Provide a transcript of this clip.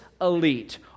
elite